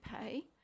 pay